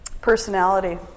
Personality